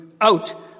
out